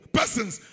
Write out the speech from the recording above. persons